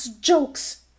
jokes